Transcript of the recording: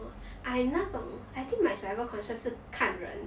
I 那种 I think my saliva conscious 是看人